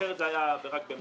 אחרת, זה היה רק במאי.